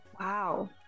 Wow